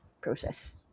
process